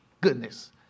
goodness